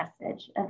message